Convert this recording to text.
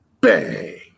Bang